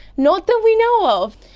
not that we know of.